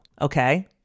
okay